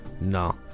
No